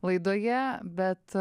laidoje bet